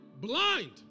blind